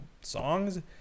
songs